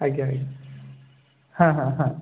ଆଜ୍ଞା ହଁ ହଁ ହଁ